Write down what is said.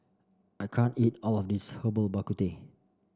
I can't eat all of this Herbal Bak Ku Teh